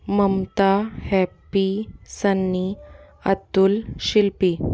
Mamata Happy Sunny Atul Shilpi